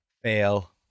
fail